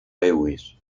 lewis